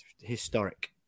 Historic